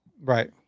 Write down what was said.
right